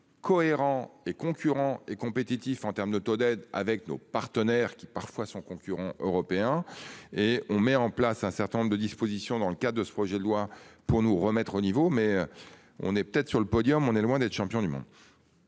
cohérent et concurrents et compétitif en termes de Tolède, avec nos partenaires qui parfois son concurrent européen. Et on met en place un certain nombre de dispositions dans le cas de ce projet de loi pour nous remettre au niveau mais. On est peut-être sur le podium. On est loin d'être champion du monde.